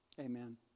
Amen